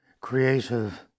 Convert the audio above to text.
creative